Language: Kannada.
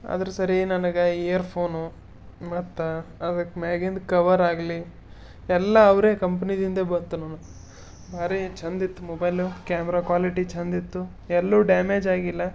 ಆದ್ರ್ ಸರಿ ನನಗೆ ಇಯರ್ ಫೋನು ಮತ್ತು ಅದಕ್ಕೆ ಮ್ಯಾಗಿಂದು ಕವರಾಗಲಿ ಎಲ್ಲ ಅವರೇ ಕಂಪ್ನಿದಿಂದೆ ಬಂತು ನನಗೆ ಭಾರಿ ಛಂದಿತ್ತು ಮೊಬೈಲ ಕ್ಯಾಮ್ರ ಕ್ವಾಲಿಟಿ ಛಂದಿತ್ತು ಎಲ್ಲೂ ಡ್ಯಾಮೇಜಾಗಿಲ್ಲ